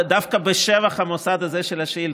לא, דווקא בשבח המוסד הזה של השאילתות.